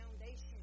foundation